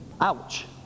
Ouch